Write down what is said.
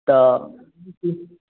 तऽ ठीक